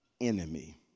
enemy